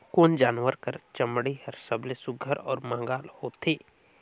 कोन जानवर कर चमड़ी हर सबले सुघ्घर और महंगा होथे?